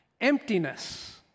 emptiness